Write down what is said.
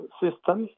system